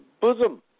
bosom